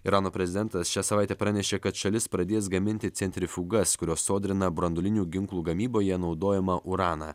irano prezidentas šią savaitę pranešė kad šalis pradės gaminti centrifugas kurios sodrina branduolinių ginklų gamyboje naudojamą uraną